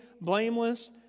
blameless